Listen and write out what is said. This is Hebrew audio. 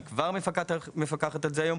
היא כבר מפקחת על זה היום".